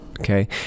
Okay